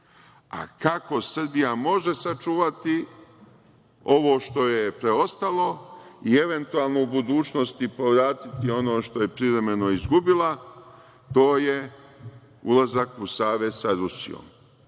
a kako Srbija može sačuvati ovo što joj preostalo i eventualnu budućnost i povratiti ono što je privremeno izgubila to je ulazak u savez sa Rusijom. Srbiji